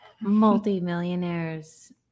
Multi-millionaires